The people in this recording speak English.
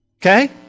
Okay